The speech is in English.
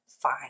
fine